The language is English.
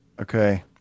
Okay